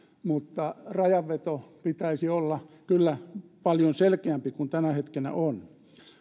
mutta rajanvedon pitäisi olla kyllä paljon selkeämpi kuin tällä hetkellä on